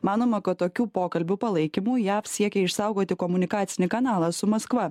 manoma kad tokių pokalbių palaikymu jav siekia išsaugoti komunikacinį kanalą su maskva